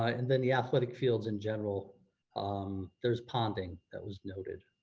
and then the athletic fields in general um there's ponding that was noted.